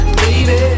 baby